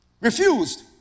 Refused